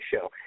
show